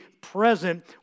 present